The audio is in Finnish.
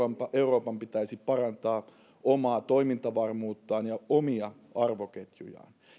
euroopan pitäisi parantaa omaa toimintavarmuuttaan ja omia arvoketjujaan